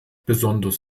besonders